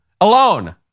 alone